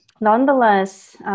nonetheless